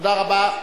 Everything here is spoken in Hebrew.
תודה רבה.